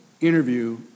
interview